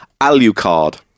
Alucard